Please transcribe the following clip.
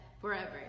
forever